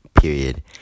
period